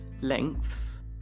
lengths